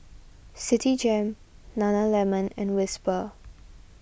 Citigem Nana Lemon and Whisper